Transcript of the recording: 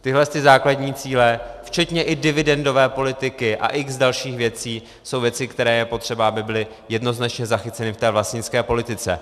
Tyhlety základy cíle, včetně i dividendové politiky a x dalších věcí, jsou věci, které je potřeba, aby byly jednoznačně zachyceny v té vlastnické politice.